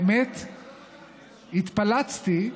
האמת, התפלצתי,